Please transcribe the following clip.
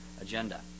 agenda